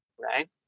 right